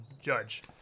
judge